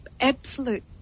absolute